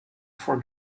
for